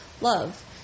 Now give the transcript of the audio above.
love